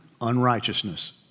Unrighteousness